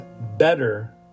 better